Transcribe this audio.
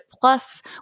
Plus